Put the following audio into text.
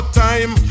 time